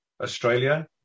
Australia